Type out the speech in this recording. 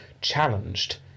challenged